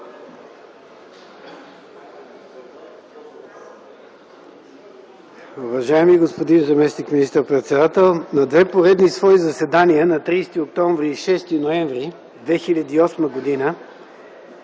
Уважаеми господин заместник министър-председател, на две поредни свои заседания – на 30 октомври и 6 ноември 2008 г.,